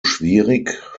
schwierig